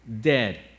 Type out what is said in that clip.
dead